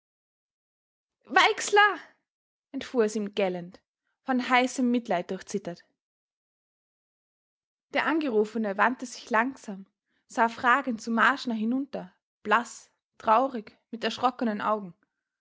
ihm gellend von heißem mitleid durchzittert der angerufene wandte sich langsam sah fragend zu marschner hinunter blaß traurig mit erschrockenen augen